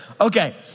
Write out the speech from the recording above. Okay